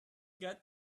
got